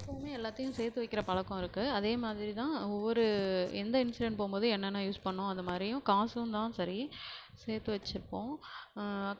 எப்பவுமே எல்லாத்தையும் சேர்த்து வைக்கிற பழக்கம் இருக்குது அதே மாதிரி தான் ஒவ்வொரு எந்த இன்ஸிடண்ட் போகும் போது என்னென்ன யூஸ் பண்ணனும் அதுமாதிரியும் காசு இருந்தாலும் சரி சேர்த்து வச்சுப்போம்